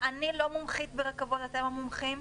אני לא מומחית ברכבות, אתם המומחים.